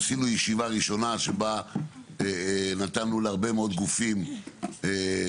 עשינו ישיבה ראשונה שבה נתנו להרבה מאוד גופים לדבר.